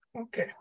Okay